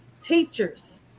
teachers